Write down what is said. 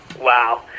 Wow